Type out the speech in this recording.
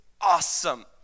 awesome